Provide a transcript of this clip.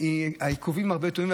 העיכובים יותר גדולים,